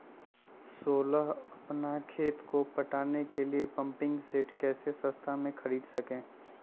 सोलह अपना खेत को पटाने के लिए पम्पिंग सेट कैसे सस्ता मे खरीद सके?